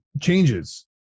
changes